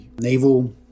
naval